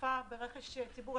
ברכש ציבורי,